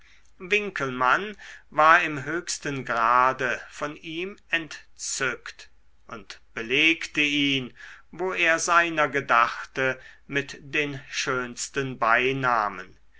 winckelmann war im höchsten grade von ihm entzückt und belegte ihn wo er seiner gedachte mit den schönsten beinamen